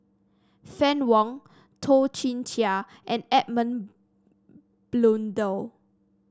Fann Wong Toh Chin Chye and Edmund Blundell